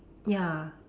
ya